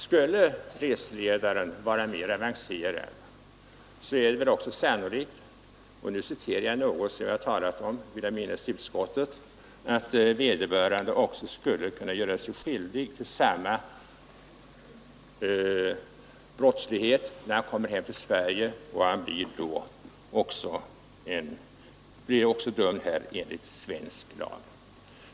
Skulle reseledaren vara mera avancerad, är det väl också sannolikt nu citerar jag något som vi talade om i utskottet — att vederbörande också skulle göra sig skyldig till samma brottslighet när han kommer hem till Sverige. Han blir då dömd här enligt svensk lag.